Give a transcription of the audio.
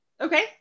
okay